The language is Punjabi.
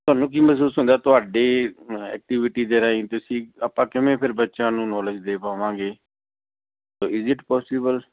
ਤੁਹਾਨੂੰ ਕੀ ਮਹਿਸੂਸ ਹੁੰਦਾ ਤੁਹਾਡੀ ਐਕਟੀਵਿਟੀ ਦੇ ਰਾਹੀਂ ਤੁਸੀਂ ਆਪਾਂ ਕਿਵੇਂ ਫਿਰ ਬੱਚਿਆਂ ਨੂੰ ਨੋਲੇਜ ਦੇ ਪਾਵਾਂਗੇ ਇਜ ਇਟ ਪੋਸੀਬਲ